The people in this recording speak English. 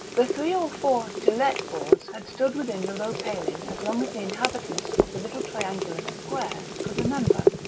the three or four to let boards had stood within the low paling as long as the inhabitants of the little triangular square could remember,